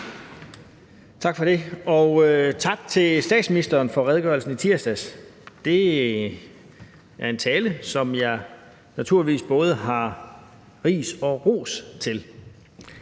Tak for det. Og tak til statsministeren for redegørelsen i tirsdags. Det var en tale, som jeg naturligvis både har ris og ros til.